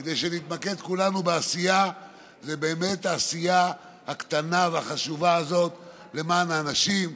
כדי שנתמקד כולנו בעשייה זה באמת העשייה הקטנה והחשובה הזו למען האנשים.